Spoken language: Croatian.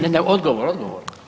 Ne, ne, odgovor, odgovor.